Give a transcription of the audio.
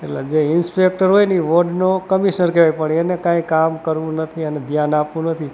એટલે જે ઈન્સ્પેકટર હોયને એ વોર્ડનો કમિશનર કહેવાય પણ એને કંઈ કામ કરવું નથી અને ધ્યાન આપવું નથી